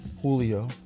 Julio